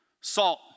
SALT